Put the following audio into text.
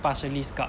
partially scarred